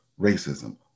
racism